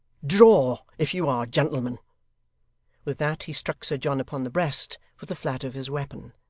draw, if you are gentlemen with that he struck sir john upon the breast with the flat of his weapon,